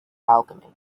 alchemy